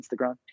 Instagram